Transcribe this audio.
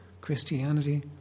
Christianity